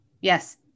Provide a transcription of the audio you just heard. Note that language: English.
Yes